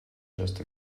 just